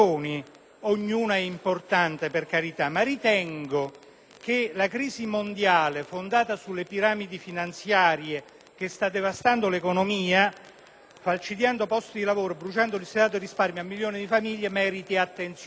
che la crisi mondiale fondata sulle piramidi finanziarie che sta devastando l'economia, falcidiando posti di lavoro, bruciando i risparmi di milioni di famiglie, meriti attenzione. Mi riferisco, per esempio, al